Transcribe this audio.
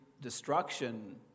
destruction